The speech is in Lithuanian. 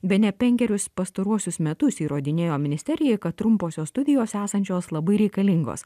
bene penkerius pastaruosius metus įrodinėjo ministerijai kad trumposios studijos esančios labai reikalingos